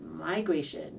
migration